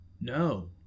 No